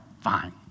fine